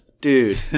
Dude